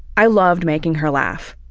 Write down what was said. i loved making her laugh,